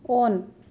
on